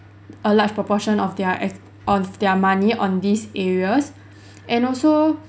a large proportion of their ac~ of their money on these areas and also